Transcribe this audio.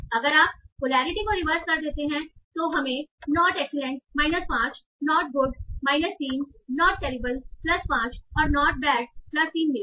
अगर आप पोलैरिटी को रिवर्स कर देते हैं तो हमें not excellent minus 5 not good minus three not terrible plus 5 और नॉट बैड प्लस 3 मिलेगा